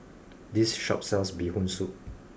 this shop sells Bee Hoon soup